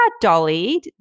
Dolly